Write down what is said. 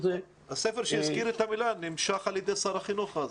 הספר שהזכיר את המלה, נמשך על ידי שר החינוך אז.